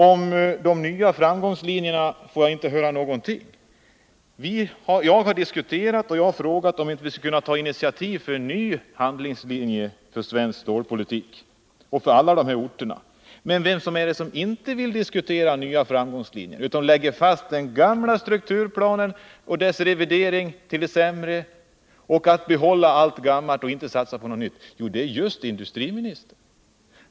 Om de nya framgångslinjerna får jag inte höra någonting. Jag har frågat om vi inte skulle ta initiativ till en ny handlingslinje för svensk stålpolitik och för alla dessa orter. Men vem är det som inte vill diskutera nya framgångslinjer utan lägger fram den gamla strukturplanen och dess revidering till det sämre samt hävdar att man skall behålla allt gammalt och inte satsa på någonting nytt? Jo, det är just industriministern.